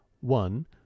one